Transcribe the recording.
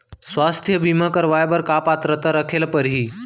स्वास्थ्य बीमा करवाय बर का पात्रता रखे ल परही?